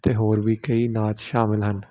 ਅਤੇ ਹੋਰ ਵੀ ਕਈ ਨਾਚ ਸ਼ਾਮਿਲ ਹਨ